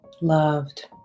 loved